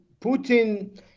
Putin